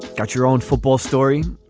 got your own football story.